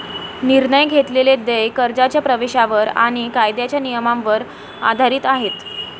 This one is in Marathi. निर्णय घेतलेले देय कर्जाच्या प्रवेशावर आणि कायद्याच्या नियमांवर आधारित आहे